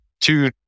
two